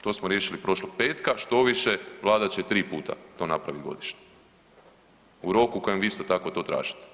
To smo riješili prošlog petka, štoviše Vlada će tri puta to napraviti godišnje u roku u kojem vi isto to tražite.